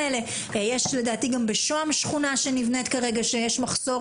לדעתי גם בשוהם בשכונה שנבנית כרגע יש מחסור